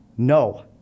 No